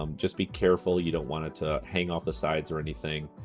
um just be careful. you don't want it to hang off the sides or anything.